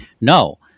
no